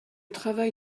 travail